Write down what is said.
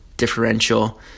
differential